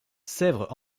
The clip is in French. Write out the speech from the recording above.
sèvres